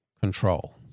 control